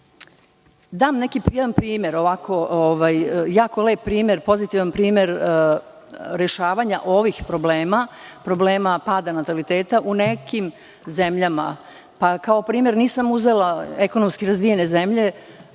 sam da dam neki jako lep primer, pozitivan primer rešavanja ovih problema, problema pada nataliteta u nekim zemljama. Kao primer nisam uzela ekonomski razvijene zemlje,